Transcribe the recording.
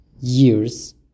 years